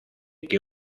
que